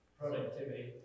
Productivity